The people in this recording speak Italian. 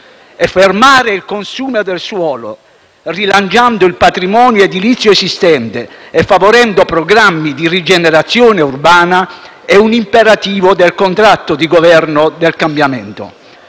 Fermare il consumo di suolo, rilanciando il patrimonio edilizio esistente e favorendo programmi di rigenerazione urbana è un imperativo del contratto per il Governo del cambiamento.